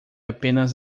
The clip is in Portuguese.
apenas